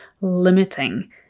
limiting